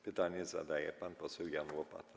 Pytanie zadaje pan poseł Jan Łopata.